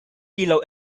illo